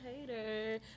hater